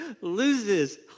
loses